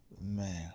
Man